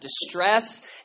distress